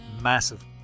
Massive